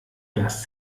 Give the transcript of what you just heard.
das